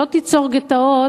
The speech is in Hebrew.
שלא תיצור גטאות,